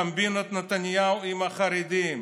קומבינות נתניהו עם החרדים.